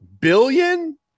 Billion